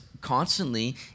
constantly